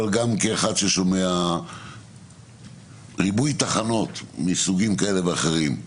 אבל גם כאחד ששומע ריבוי תחנות מסוגים כאלה ואחרים,